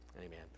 amen